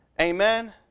Amen